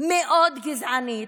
מאוד גזענית,